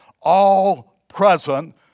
all-present